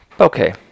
Okay